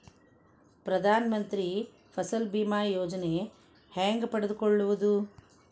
ಪ್ರಧಾನ ಮಂತ್ರಿ ಫಸಲ್ ಭೇಮಾ ಯೋಜನೆ ಹೆಂಗೆ ಪಡೆದುಕೊಳ್ಳುವುದು?